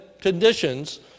conditions